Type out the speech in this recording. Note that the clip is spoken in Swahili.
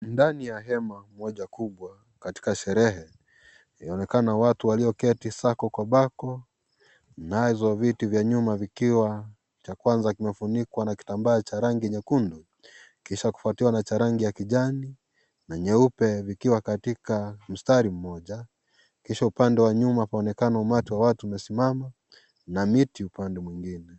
Ndani ya hema moja kubwa katika sherehe, inaonekana watu walioketi sako kwa bako nazo viti vya nyuma vikiwa; cha kwanza kimefunikwa na kitambaa cha rangi nyekundu, kisha kufuatiwa na cha rangi ya kijani na nyeupe vikiwa katika mstari mmoja. Kisha upande wa nyuma kunaonekana umati wa watu ukiwa umesimama, na miti upande mwingine.